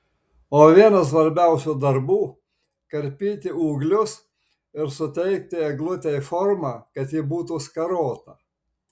o vienas svarbiausių darbų karpyti ūglius ir suteikti eglutei formą kad ji būtų skarota